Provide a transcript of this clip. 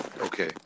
Okay